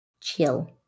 chill